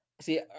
See